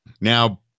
now